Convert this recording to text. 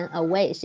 away